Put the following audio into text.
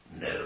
No